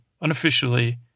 unofficially –